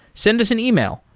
send us an email,